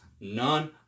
none